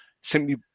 simply